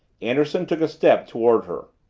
anderson took a step toward her.